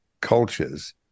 cultures